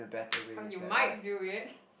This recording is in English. how you might view it